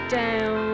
down